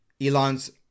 Elon's